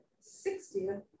sixtieth